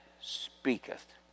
speaketh